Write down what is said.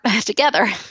together